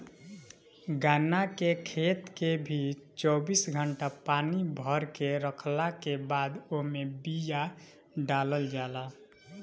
गन्ना के खेत के भी चौबीस घंटा पानी भरके रखला के बादे ओमे बिया डालल जाला